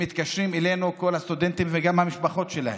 כל הסטודנטים, וגם המשפחות שלהם,